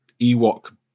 Ewok